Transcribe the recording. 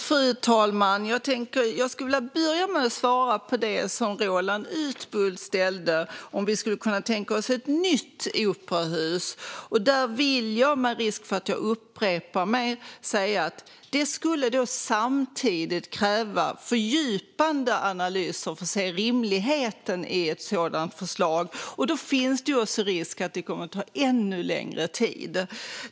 Fru talman! Jag skulle vilja börja med att svara på den fråga som Roland Utbult ställde om huruvida vi skulle kunna tänka oss ett nytt operahus. Där vill jag, med risk för att upprepa mig, säga att det samtidigt skulle kräva fördjupade analyser för att se rimligheten i ett sådant förslag. Då finns det också risk för att det kommer att ta ännu längre tid.